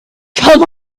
come